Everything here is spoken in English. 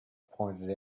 pointed